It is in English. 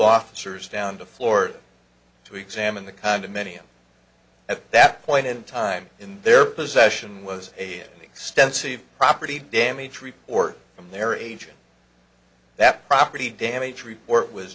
officers down to florida to examine the condominium at that point in time in their possession was a extensive property damage report from their agent that property damage